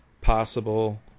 possible